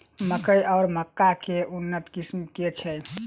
मकई वा मक्का केँ उन्नत किसिम केँ छैय?